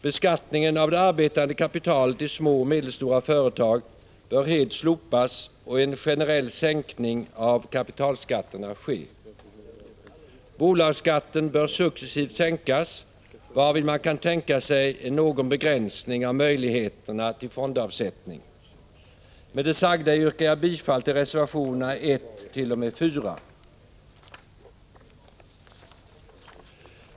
Beskattningen av det arbetande kapitalet i små och medelstora företag bör helt slopas och en generell sänkning av kapitalskatterna ske. Bolagsskatten bör successivt sänkas, varvid man kan tänka sig någon begränsning av möjligheterna till fondavsättning. Med det sagda yrkar jag bifall till reservationerna 14.